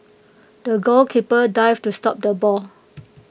the goalkeeper dived to stop the ball